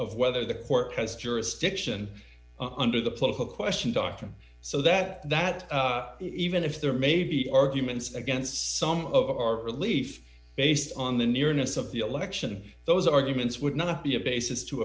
of whether the court has jurisdiction under the political question doctrine so that that even if there may be arguments against some of our relief based on the near innes of the election those arguments would not be a basis to